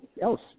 else